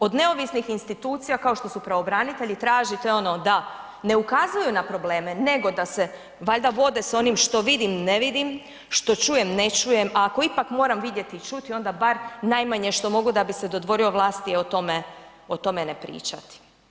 Od neovisnih institucija kao što su pravobranitelji tražite ono da ne ukazuju na probleme nego da se valjda vode s onim što vidim ne vidim, što čujem ne čujem a ako ipak moram vidjeti i čuti onda bar najmanje što mogu da bi se dodvorio vlasti je o tome, o tome ne pričati.